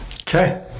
Okay